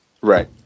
Right